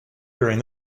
during